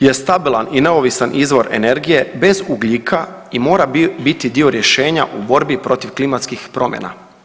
je stabilan i neovisan izvor energije bez ugljika i mora biti dio rješenja u borbi protiv klimatskih promjena.